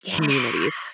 communities